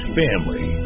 family